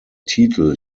titel